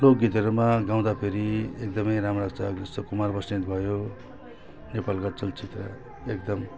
लोक गीतहरूमा गाउँदा फेरि एकदमै राम्रो लाग्छ जस्तो कुमार बस्नेत भयो नेपालका चलचित्र एकदम